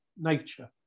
nature